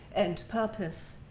and purpose.